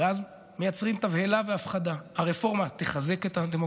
אדוני השר, גלשת מהערה שהוא נתן,